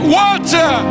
water